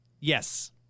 yes